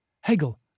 Hegel